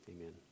Amen